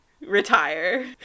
retire